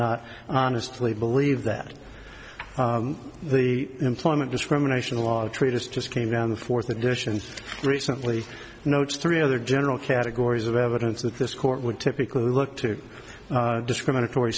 not honestly believe that the employment discrimination law treatise just came down the fourth edition recently notes three other general categories of evidence that this court would typically look to discriminatory